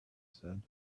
said